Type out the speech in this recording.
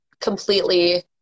completely